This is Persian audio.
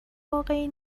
واقعی